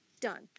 done